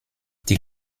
die